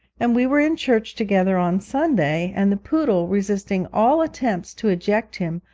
and we were in church together on sunday, and the poodle, resisting all attempts to eject him,